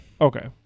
Okay